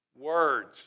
words